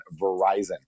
Verizon